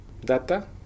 Data